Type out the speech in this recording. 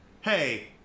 hey